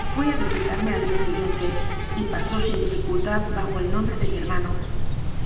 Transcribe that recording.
fué a visitarme al día siguiente y pasó sin di ficultad bajo el nombre de mi hermano